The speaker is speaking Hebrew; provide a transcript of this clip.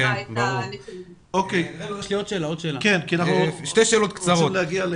עוד שתי שאלות קצרות.